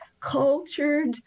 cultured